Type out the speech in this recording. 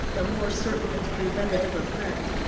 the more certain its preventative effect.